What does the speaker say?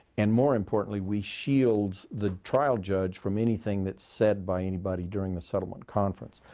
and more importantly, we shield the trial judge from anything that's said by anybody during the settlement conference.